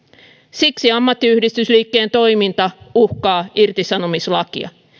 siksi ammattiyhdistysliikkeen toiminta uhkaa irtisanomislakia